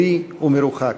חולי ומרוחק.